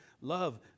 Love